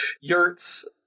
yurts